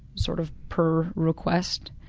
sort of, per request.